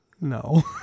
No